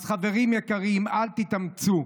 אז חברים יקרים, אל תתאמצו,